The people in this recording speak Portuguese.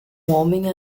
homem